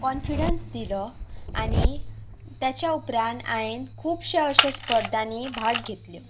confidence दिलो आनी तेच्या उपरांत हांवें खुबशे अशे स्पर्धांनी भाग घेतल्यो